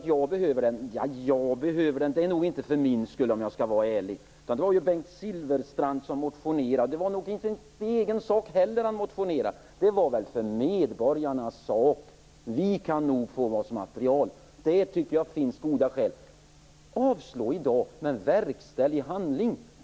Om jag skall vara ärlig är det nog inte för min skull. Det var ju Bengt Silfverstrand som motionerade, och det var kanske inte heller i egen sak som han motionerade. Det var väl för medborgarnas sak som han gjorde det. Vi kan nog få material. Avslå i dag, men verkställ i handling!